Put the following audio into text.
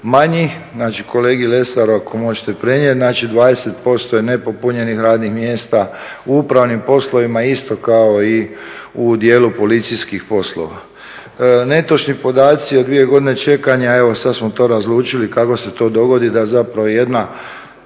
manji, znači kolegi Lesaru ako možete prenijeti, znači 20% je nepopunjenih radnih mjesta u upravnim poslovima isto kao i u djelu policijskih poslova. Netočni podaci o dvije godine čekanja, evo sad smo to razlučili kako se to dogodi da zapravo jedna